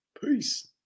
Peace